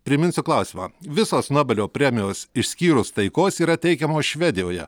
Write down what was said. priminsiu klausimą visos nobelio premijos išskyrus taikos yra teikiamos švedijoje